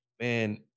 man